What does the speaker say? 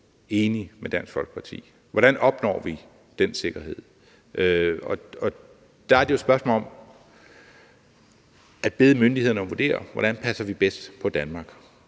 enige med Dansk Folkeparti. Hvordan opnår vi den sikkerhed? Der er det jo spørgsmålet om at bede myndighederne om at vurdere, hvordan vi passer bedst på Danmark.